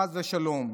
חס ושלום.